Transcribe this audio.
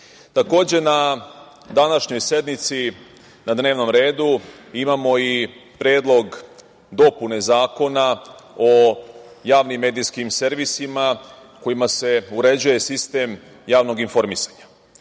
na današnjoj sednici na dnevnom redu imamo i Predlog dopune Zakona o javnim medijskim servisima kojima se uređuje sistem javnog informisanja.